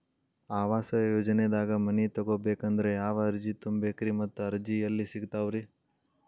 ಆವಾಸ ಯೋಜನೆದಾಗ ಮನಿ ತೊಗೋಬೇಕಂದ್ರ ಯಾವ ಅರ್ಜಿ ತುಂಬೇಕ್ರಿ ಮತ್ತ ಅರ್ಜಿ ಎಲ್ಲಿ ಸಿಗತಾವ್ರಿ?